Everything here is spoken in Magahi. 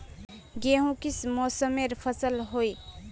गेहूँ किस मौसमेर फसल होय?